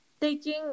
taking